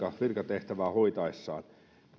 virkatehtävää hoitaessaan